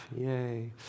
Yay